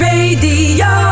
Radio